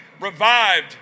revived